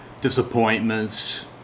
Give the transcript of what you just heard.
disappointments